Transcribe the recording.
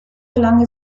gelang